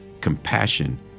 compassion